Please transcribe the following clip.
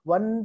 One